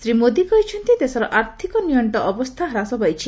ଶ୍ରୀ ମୋଦି କହିଛନ୍ତି ଦେଶର ଆର୍ଥକ ନିଅଣ୍ଟ ଅବସ୍ଥା ହ୍ରାସ ପାଇଛି